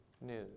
news